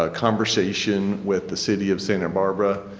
ah conversation with the city of santa barbara